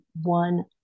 one